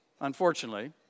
unfortunately